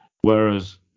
whereas